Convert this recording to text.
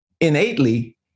innately